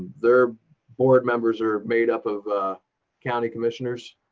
their board members are made up of county commissioners,